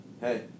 Hey